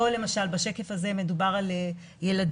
פה למשל, בשקף הזה, מדובר על ילדים